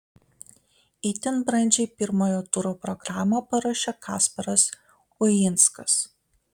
itin brandžiai pirmojo turo programą paruošė kasparas uinskas